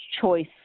choice